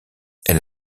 elle